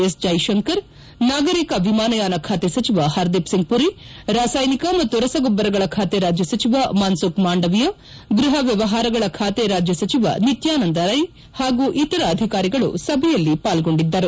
S Jaishankar ನಾಗರಿಕ ವಿಮಾನಯಾನ ಖಾತೆ ಸಚಿವ ಪರ್ದೀಪ್ ಸಿಂಗ್ ಮರಿ ರಾಸಾಯನಿಕ ಮತ್ತು ರಸಗೊಬ್ಬರಗಳ ಖಾತೆ ರಾಜ್ಯ ಸಚಿವ ಮನ್ಸುಖ್ ಮಾಂಡವಿಯಾ ಗೃಪ ವ್ಯವಹಾರಗಳ ಖಾತೆ ರಾಜ್ಯ ಸಚಿವ ನಿತ್ಯಾನಂದ ರೈ ಹಾಗೂ ಇತರ ಅಧಿಕಾರಿಗಳು ಸಭೆಯಲ್ಲಿ ಪಾಲ್ಗೊಂಡಿದ್ದರು